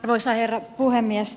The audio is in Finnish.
arvoisa herra puhemies